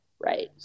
right